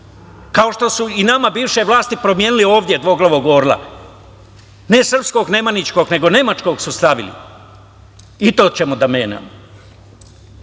kao što su i nama bivše vlasti promenile ovde dvoglavog orla, ne srpskog nemanjičkog, nego nemačkog su stavili. I to ćemo da menjamo,